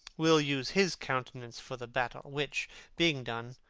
we'll use his countenance for the battle which being done,